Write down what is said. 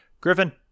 griffin